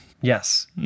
Yes